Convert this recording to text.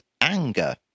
anger